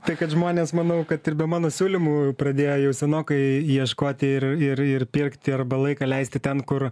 tai kad žmonės manau kad ir be mano siūlymų pradėjo jau senokai ieškoti ir ir ir pirkti arba laiką leisti ten kur